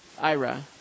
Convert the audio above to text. Ira